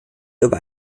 über